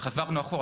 וחזרנו אחורה,